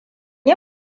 yi